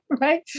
right